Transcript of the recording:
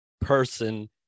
person